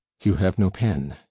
you have no pen.